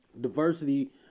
diversity